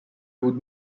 بود